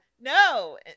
no